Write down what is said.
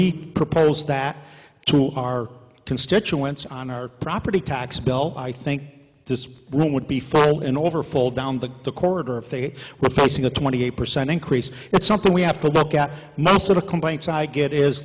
we propose that to our constituents on our property tax bill i think this would be fall in over fold down the corridor if they were facing a twenty eight percent increase it's something we have to look at most of the complaints i get is